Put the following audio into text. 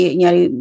nyari